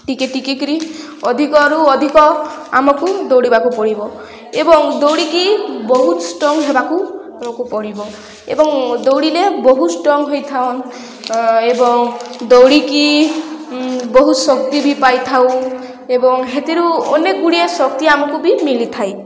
ଟିକେ ଟିକେ କିରି ଅଧିକରୁ ଅଧିକ ଆମକୁ ଦୌଡ଼ିବାକୁ ପଡ଼ିବ ଏବଂ ଦୌଡ଼ିକି ବହୁତ ଷ୍ଟ୍ରଙ୍ଗ ହେବାକୁ ପଡ଼ିବ ଏବଂ ଦୌଡ଼ିଲେ ବହୁତ ଷ୍ଟ୍ରଙ୍ଗ ହେଇଥାନ୍ ଏବଂ ଦୌଡ଼ିକି ବହୁତ ଶକ୍ତି ବି ପାଇଥାଉ ଏବଂ ହେଥିରୁ ଅନେକ ଗୁଡ଼ିଏ ଶକ୍ତି ଆମକୁ ବି ମିଳିଥାଏ